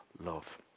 love